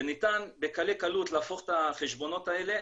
וניתן בקלות להפוך את החשבונות האלה